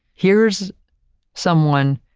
here's someone,